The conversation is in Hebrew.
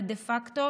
ודה פקטו,